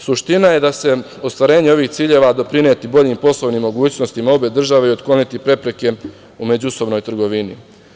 Suština je da će ostvarenje ovih ciljeva doprineti boljim poslovnim mogućnostima obe države i otkloniti prepreke u međusobnoj trgovini.